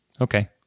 Okay